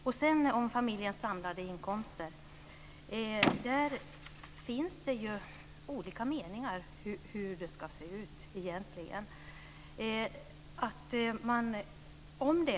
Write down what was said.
Vad gäller familjens samlade inkomster finns det olika meningar om hur det egentligen ska vara ordnat.